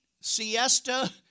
siesta